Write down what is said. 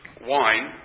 wine